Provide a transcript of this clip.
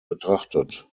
betrachtet